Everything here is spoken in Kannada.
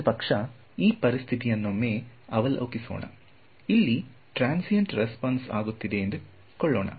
ಒಂದು ಪಕ್ಷ ಈ ಪರಿಸ್ಥಿತಿಯನ್ನೊಮ್ಮೆ ಅವಲೋಕಿಸೋಣ ಇಲ್ಲಿ ಟ್ರಾನ್ಸಿಯಂಟ್ ರೆಸ್ಪೊಂಸ್ ಆಗುತ್ತಿದೆ ಎಂದು ಕೊಳ್ಳೋಣ